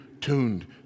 tuned